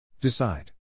Decide